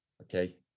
okay